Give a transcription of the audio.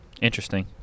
Interesting